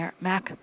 Mac